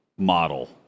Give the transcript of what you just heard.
model